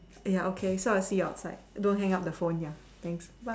ya okay so I'll see you outside don't hang up the phone ya thanks